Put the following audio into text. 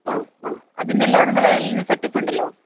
അതിൻ്റെ എല്ലാം നിങ്ങളേ കൈയിൽ സെറ്റപ്പ് ഉണ്ടല്ലോ